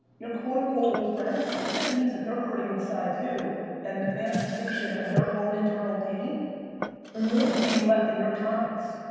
you're quote unquote old friends, it just means that they're hurting inside too and the manifestation of their own internal pain is being left in your comments.